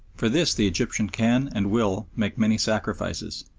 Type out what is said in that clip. for this the egyptian can and will make many sacrifices,